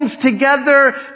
together